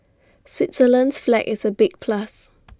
Switzerland's flag is A big plus